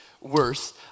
worse